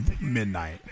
midnight